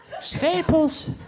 Staples